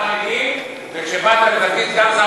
כבר 30 שנה,